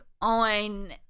on